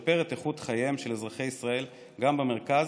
ולשפר את איכות חייהם של אזרחי ישראל, גם במרכז,